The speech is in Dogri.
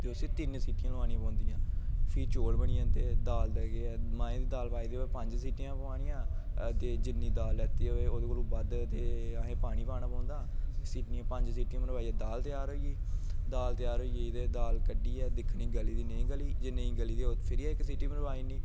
ते उसी तिन्न सीटियां लोआनियां पौंदियां ते फ्ही चोल बनी जंदे फ्ही मांहें दी दाल पाई दी होऐ पंज सीटियां पोआनियां ते जि'न्नी दाल लैती दी होऐ ओह्दे कोला दा बद्ध ते असें पानी पाना पौंदा पंज सीटियां मरवाइयै दाल तेआर होई गेई दाल कड्ढियै दिक्खनी गली दी नेईं गली दी जे नेईं गली दी होई ते फिर इक सीटी मरवाइनी